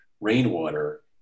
rainwater